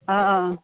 অ